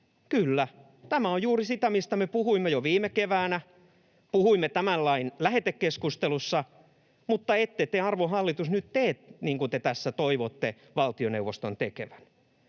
Kyllä. Tämä on juuri sitä, mistä me puhuimme jo viime keväänä, puhuimme tämän lain lähetekeskustelussa, mutta ette te, arvon hallitus, nyt tee niin kuin te tässä toivotte valtioneuvoston tekevän.